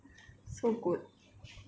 so good